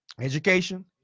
education